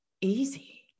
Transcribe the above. easy